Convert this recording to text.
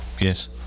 yes